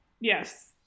Yes